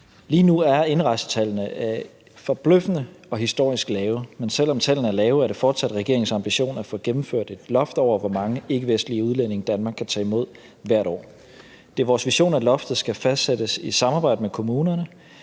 Lige nu er indrejsetallene forbløffende og historisk lave, men selv om tallene er lave, er det fortsat regeringens ambition at få gennemført et loft over, hvor mange ikkevestlige udlændinge Danmark kan tage imod hvert år. Det er vores vision, at loftet skal fastsættes i samarbejde med kommunerne,